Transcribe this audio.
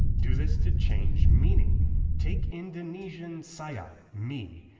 do this to change meaning take indonesian saya, me,